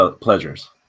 pleasures